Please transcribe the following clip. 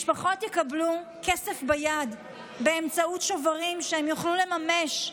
משפחות יקבלו כסף ביד באמצעות שוברים שיוכלו לממש.